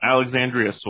Alexandria